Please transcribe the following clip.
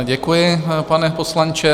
Děkuji, pane poslanče.